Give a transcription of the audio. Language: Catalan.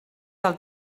del